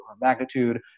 magnitude